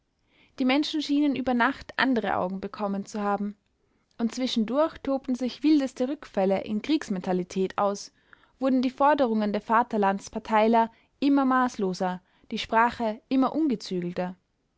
die menschen schienen über nacht andere augen bekommen zu haben und zwischendurch tobten sich wildeste rückfälle in kriegsmentalität aus wurden die forderungen der vaterlandsparteiler immer maßloser die sprache immer